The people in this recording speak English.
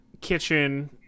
kitchen